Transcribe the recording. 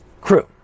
crew